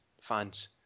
fans